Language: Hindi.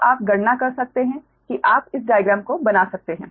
तो आप गणना कर सकते हैं कि आप इस डाइग्राम को बना सकते हैं